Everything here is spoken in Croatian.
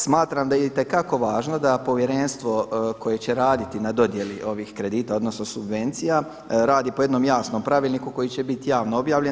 Smatram da je itekako važno da povjerenstvo koje će raditi na dodjeli ovih kredita odnosno subvencija radi po jednom jasnom pravilniku koji će biti javno objavljen.